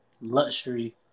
luxury